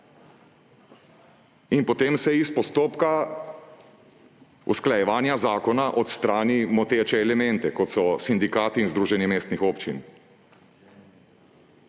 in potem se iz postopka usklajevanja zakona odstrani moteče elemente, kot so sindikati in Združenje mestnih občin.